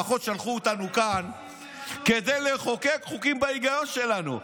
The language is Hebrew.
לפחות שלחו אותנו כאן כדי לחוקק חוקים בהיגיון שלנו.